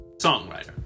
songwriter